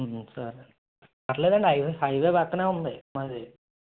సరే పర్లేదండి highway highway పక్కన ఉంది మాది